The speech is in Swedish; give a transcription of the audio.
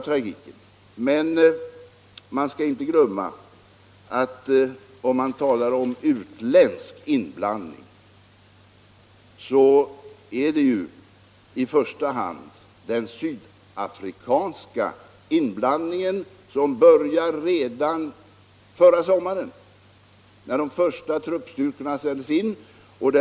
Men om man talar om utländsk inblandning skall man inte glömma att den i första hand är sydafrikansk. Den började redan förra sommaren, när de första truppstyrkorna sändes in.